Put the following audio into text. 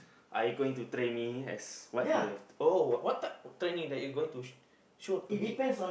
are you going to train me as what you have oh what type of training that you going to show show to me